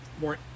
more